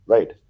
Right